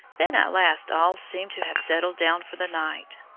then at last all seem to have settled down for the night.